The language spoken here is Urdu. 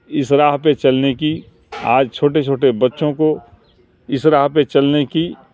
اس راہ پہ چلنے کی آج چھوٹے چھوٹے بچوں کو اس راہ پہ چلنے کی